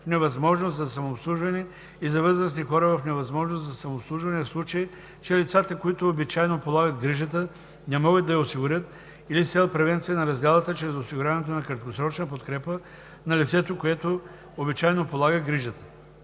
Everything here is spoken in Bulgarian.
в невъзможност за самообслужване и за възрастни хора в невъзможност за самообслужване, в случай че лицата, които обичайно полагат грижата, не могат да я осигурят, или с цел превенция на раздялата чрез осигуряването на краткосрочна подкрепа на лицето, което обичайно полага грижата.